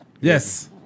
Yes